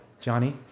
Johnny